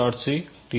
c T1